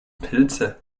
pilze